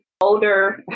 older